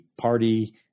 party